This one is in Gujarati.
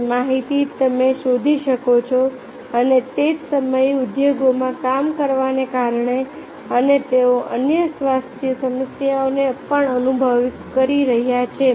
તે માહિતી તમે શોધી શકો છો અને તે જ સમયે ઉદ્યોગમાં કામ કરવાને કારણે અને તેઓ અન્ય સ્વાસ્થ્ય સમસ્યાઓનો પણ અનુભવ કરી રહ્યા છે